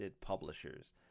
publishers